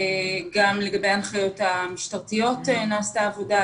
גם לגבי ההנחיות המשטרתיות נעשתה עבודה,